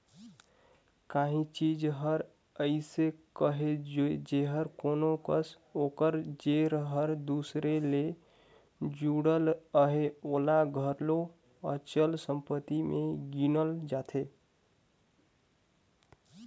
काहीं चीज हर अइसे अहे जेहर कोनो कस ओकर जेर हर दूसर ले जुड़ल अहे ओला घलो अचल संपत्ति में गिनल जाथे